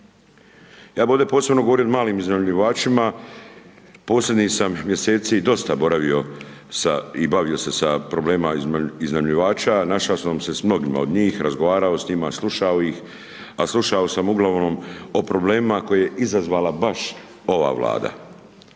Ja bih ovdje posebno govorio o malim iznajmljivačima, posljednjih sam mjeseci dosta boravio sa, i bavio se sa problemima iznajmljivača, našao sam se s mnogima od njih, razgovarao s njima, slušao ih, a slušao sam uglavnom o problemima koja je izazvala baš ova Vlada.